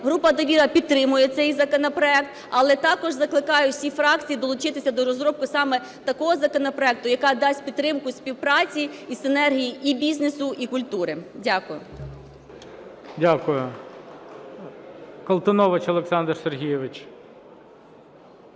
група "Довіра" підтримує цей законопроект. Але також закликаю всі фракції долучитися до розробки саме такого законопроекту, який дасть підтримку у співпраці і синергії і бізнесу, і культури. Дякую.